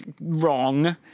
wrong